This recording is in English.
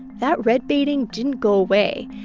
that red-baiting didn't go away.